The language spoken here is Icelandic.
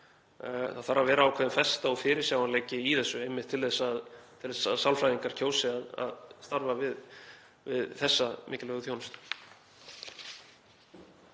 Það þarf að vera ákveðin festa og fyrirsjáanleiki í þessu einmitt til þess að sálfræðingar kjósi að starfa við þessa mikilvægu þjónustu.